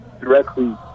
directly